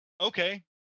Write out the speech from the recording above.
okay